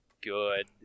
good